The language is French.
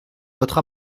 votre